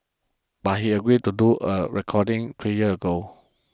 but he agreed to do a recording three years ago